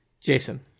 Jason